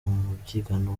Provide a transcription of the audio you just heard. umubyigano